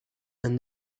and